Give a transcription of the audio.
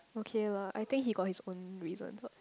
okay lah I think he got his own reason lah